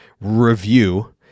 review